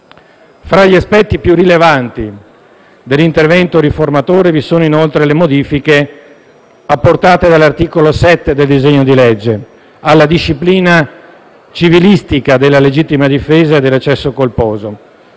Tra gli aspetti più rilevanti dell'intervento riformatore vi sono inoltre le modifiche apportate dall'articolo 7 del disegno di legge alla disciplina civilistica della legittima difesa e dell'eccesso colposo.